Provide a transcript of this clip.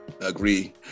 Agree